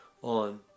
on